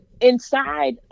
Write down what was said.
inside